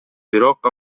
бирок